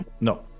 no